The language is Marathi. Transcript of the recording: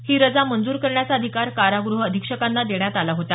ही रजा मंजूर करण्याचा अधिकार काराग्रह अधीक्षकांना देण्यात आला होता